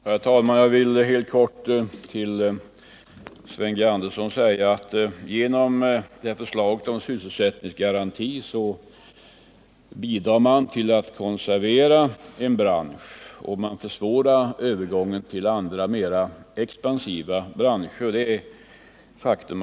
Herr talman! Jag vill helt kort säga till Sven G. Andersson att man genom förslaget till sysselsättningsgarantier bidrar till att konservera en bransch och försvåra övergången till andra mer expansiva branscher — det är ett faktum.